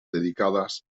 dedicadas